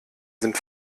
sind